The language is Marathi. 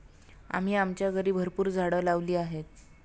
आम्ही आमच्या घरी भरपूर झाडं लावली आहेत